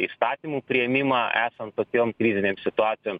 įstatymų priėmimą esant tokiom krizinėm situacijoms